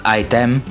item